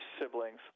siblings